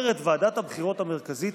אומרת ועדת הבחירות המרכזית: